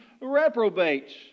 reprobates